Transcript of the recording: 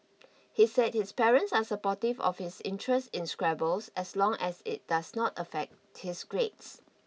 he said his parents are supportive of his interest in Scrabble as long as it does not affect his grades